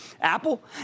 Apple